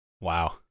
wow